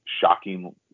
shocking